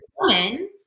woman